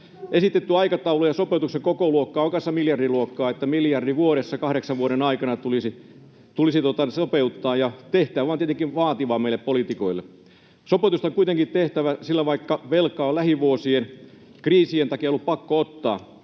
Esitetty aikataulu ja sopeutuksen kokoluokka ovat kanssa miljardiluokkaa, niin että miljardi vuodessa kahdeksan vuoden aikana tulisi sopeuttaa, ja tehtävä on tietenkin vaativa meille poliitikoille. Sopeutusta on kuitenkin tehtävä, sillä vaikka velkaa on lähivuosien kriisien takia ollut pakko ottaa,